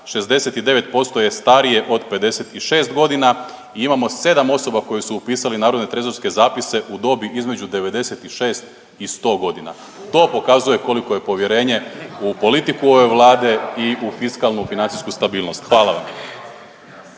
69% je starije od 56 godina i imamo 7 osoba koje su upisale narodne trezorske zapise u dobi između 96 i 100 godina. To pokazuje koliko je povjerenje u politiku ove Vlade i u fiskalnu financijsku stabilnost. Hvala vam.